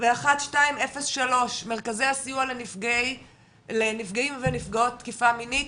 ו-1203 מרכזי הסיוע לנפגעים ונפגעות תקיפה מינית,